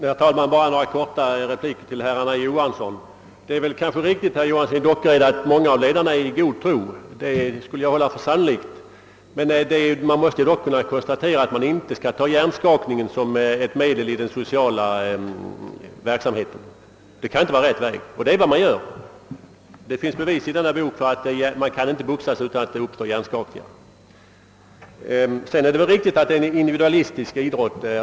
Herr talman! Jag vill bara ge några korta repliker till herr Johanson i Västervik och herr Dockered. Det är kanske riktigt, herr Dockered, att många av ledarna är i god tro. Jag håller det till och med för sannolikt men man måste dock konstatera, att man inte kan använda hjärnskakningen som ett medel i den sociala verksamheten. Det är emellertid vad man gör. I den gjorda utredningen lämnas bevis på att man inte kan boxas utan att det uppstår hjärnskakningar. Det är riktigt att det är en individualistisk »idrott».